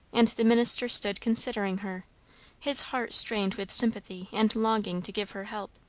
and the minister stood considering her his heart strained with sympathy and longing to give her help,